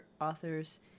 authors